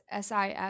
SIF